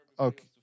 Okay